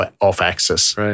off-axis